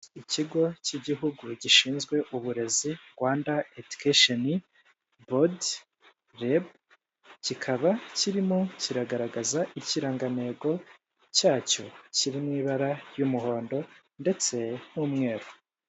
Ikigo cy'igihugu gishinzwe uburezi Rwanda edikesheni bodi, Rebu. Kikaba kirimo kiragaragaza ikirangantego cyacyo kiri mu ibara ry'umuhondo ndetse n'umweru.